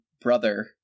brother